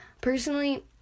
personally